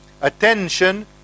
attention